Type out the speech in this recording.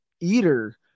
eater